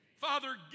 Father